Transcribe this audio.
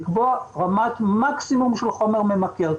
לקבוע רמת מקסימום של חומר ממכר.